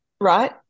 right